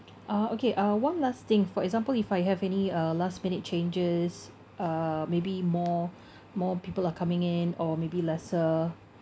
uh okay uh one last thing for example if I have any uh last minute changes uh maybe more more people are coming in or maybe lesser